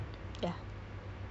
ya